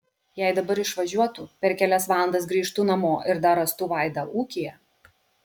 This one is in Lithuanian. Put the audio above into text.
jei dabar išvažiuotų per kelias valandas grįžtų namo ir dar rastų vaidą ūkyje